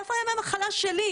איפה ימי המחלה שלי?